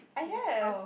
I have